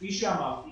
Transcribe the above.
כפי שאמרתי